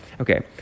Okay